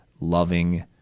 loving